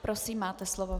Prosím, máte slovo.